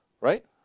Right